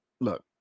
look